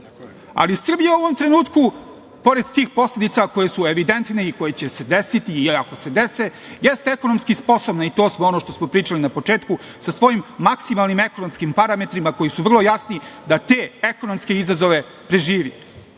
Ali, Srbija u ovom trenutku pored tih posledica koje su evidentne i koje će se desiti i ako se dese, jeste ekonomski sposobna i ono što smo pričali na početku, sa svojim maksimalnim ekonomskim parametrima koji su vrlo jasni da te ekonomske izazove preživi. Kao